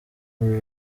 uru